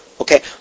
Okay